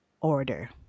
order